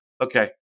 okay